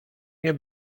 nie